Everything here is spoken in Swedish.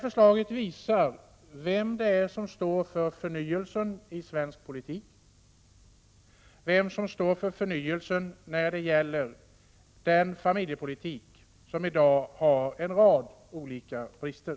Förslaget visar vem som står för förnyelsen i svensk politik, förnyelsen i fråga om den familjepolitik som har en rad olika brister.